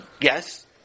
Yes